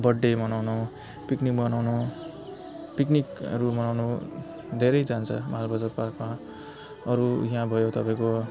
birth day मनाउन picnic मनाउन पिकनिकहरू मनाउनु धेरै जान्छ माल बजार पार्कमा अरू यहाँ भयो तपाईँको